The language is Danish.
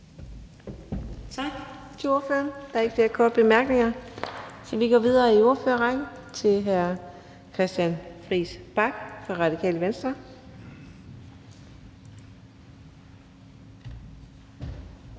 Tak til ordføreren. Der er ikke flere korte bemærkninger, så vi går videre i ordførerrækken til hr. Christian Friis Bach fra Radikale Venstre.